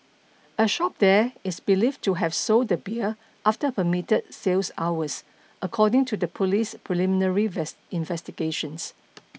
a shop there is believed to have sold the beer after permitted sales hours according to the police's preliminary investigations